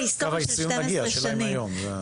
לקו הסיום נגיע, השאלה אם זה יקרה היום.